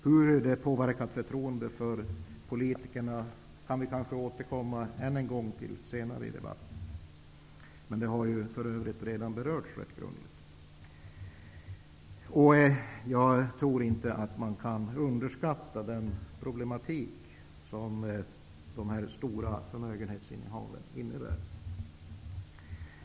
Hur det har påverkat förtroendet för politikerna kan vi kanske återkomma till senare i debatten, men det har redan berörts rätt grundligt. Jag tror inte man kan underskatta den problematik som dessa stora förmögenhetsinnehav innebär.